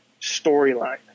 storyline